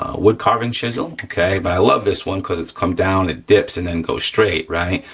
ah wood carving chisel, okay? but i love this one cause it comes down, it dips and then goes straight, right?